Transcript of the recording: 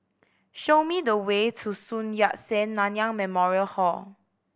show me the way to Sun Yat Sen Nanyang Memorial Hall